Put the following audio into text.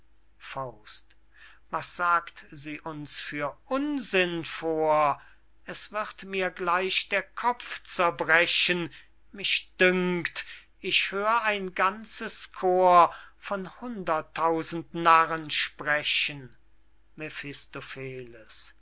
sorgen was sagt sie uns für unsinn vor es wird mir gleich der kopf zerbrechen mich dünkt ich hör ein ganzes chor von hundert tausend narren sprechen